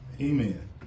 Amen